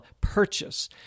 purchase